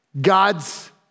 God's